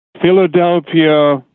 Philadelphia